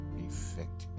effect